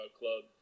club